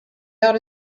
out